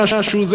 מאז שהוא,